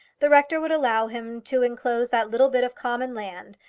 the rector would allow him to enclose that little bit of common land,